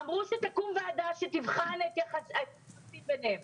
אמרו שתקום ועדה שתבחן את יחסי התקציב ביניהם.